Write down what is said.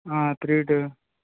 three to